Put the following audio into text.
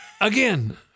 Again